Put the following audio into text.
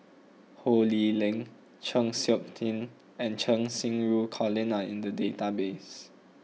Ho Lee Ling Chng Seok Tin and Cheng Xinru Colin are in the database